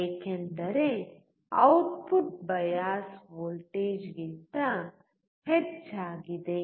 ಏಕೆಂದರೆ output bias ವೋಲ್ಟೇಜ್ಗಿಂತ ಹೆಚ್ಚಾಗಿದೆ